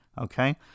Okay